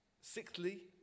Sixthly